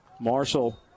Marshall